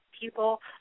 people